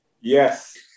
Yes